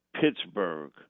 pittsburgh